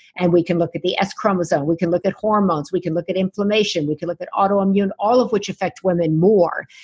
and we can look at the x chromosome, we can look at hormones, we can look at inflammation, we can look at autoimmune, all of which affect women more,